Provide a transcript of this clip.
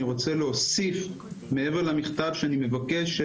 אני רוצה להוסיף מעבר למכתב שאני מבקש,